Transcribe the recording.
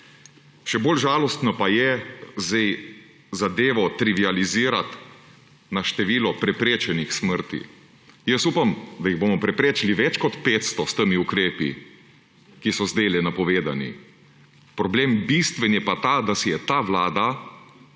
Še bolj žalostno pa je zdaj zadevo trivializirati na število preprečenih smrti. Jaz upam, da jih bomo preprečili več kot 500 s temi ukrepi, ki so zdajle napovedani. Bistveni problem je pa ta, da si je ta vlada